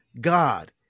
God